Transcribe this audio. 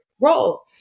role